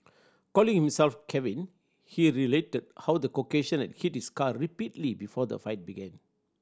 calling himself Kevin he related how the Caucasian had hit his car repeatedly before the fight began